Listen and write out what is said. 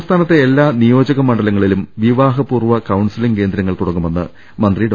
സംസ്ഥാനത്തെ എല്ലാ നിയോജക മണ്ഡലങ്ങളിലും വിവാഹപൂർവ്വ കൌൺസിലിംഗ് കേന്ദ്രങ്ങൾ തുടങ്ങുമെന്ന് മന്ത്രി ഡോ